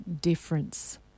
difference